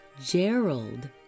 Gerald